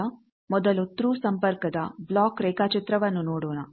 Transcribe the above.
ಈಗ ಮೊದಲು ಥ್ರೂ ಸಂಪರ್ಕದ ಬ್ಲಾಕ್ ರೇಖಾಚಿತ್ರವನ್ನು ನೋಡೋಣ